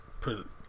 put